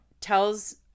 tells